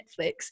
netflix